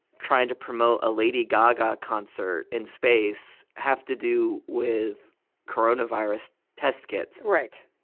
trying to promote a lady gaga concert in space have to do with coronavirus test kits? right,